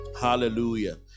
Hallelujah